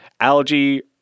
algae